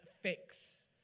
fix